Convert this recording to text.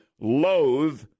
loathe